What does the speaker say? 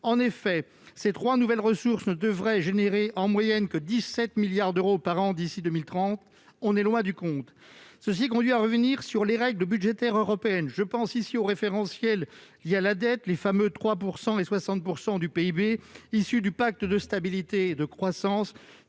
En effet, ces trois nouvelles ressources ne devraient produire en moyenne que 17 milliards d'euros par an d'ici à 2030 ; on est donc loin du compte ... Cela doit conduire à revenir sur les règles budgétaires européennes. Je pense aux référentiels relatifs à l'endettement- les fameux 3 % et 60 % du PIB issus du pacte de stabilité et de croissance